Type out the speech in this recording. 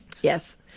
Yes